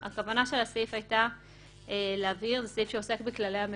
הכוונה של הסעיף היתה להבהיר שזה סעיף שעוסק בכללי המנהל,